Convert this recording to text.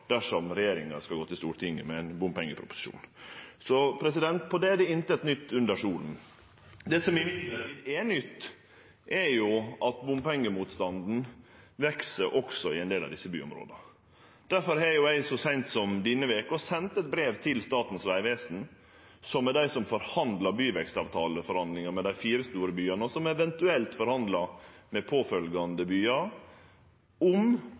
dersom regjeringa skal gå til Stortinget med ein bompengeproposisjon. Så der er det «intet nytt under solen». Det som derimot er nytt, er at bompengemotstanden veks også i ein del av desse byområda. Difor har eg så seint som denne veka sendt eit brev til Statens vegvesen – som er dei som forhandlar byvekstavtalene med dei fire store byane, og som eventuelt forhandlar med påfølgjande byar – om